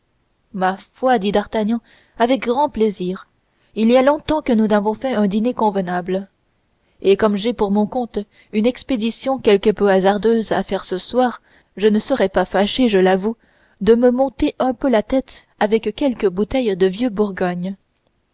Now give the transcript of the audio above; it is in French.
ma foi dit d'artagnan avec grand plaisir il y a longtemps que nous n'avons fait un dîner convenable et comme j'ai pour mon compte une expédition quelque peu hasardeuse à faire ce soir je ne serais pas fâché je l'avoue de me monter un peu la tête avec quelques bouteilles de vieux bourgogne